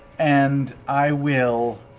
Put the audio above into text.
and i will,